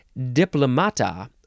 diplomata